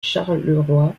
charleroi